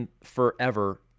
forever